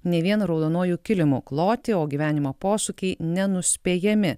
ne vien raudonuoju kilimu kloti o gyvenimo posūkiai nenuspėjami